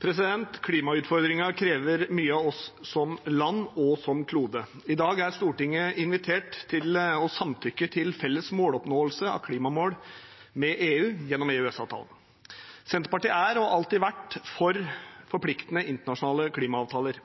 effekt. Klimautfordringen krever mye av oss som land og som klode. I dag er Stortinget invitert til å samtykke til felles måloppnåelse av klimamål med EU gjennom EØS-avtalen. Senterpartiet er, og har alltid vært, for forpliktende internasjonale klimaavtaler.